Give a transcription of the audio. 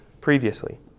previously